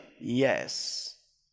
yes